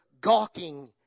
gawking